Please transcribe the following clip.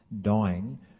dying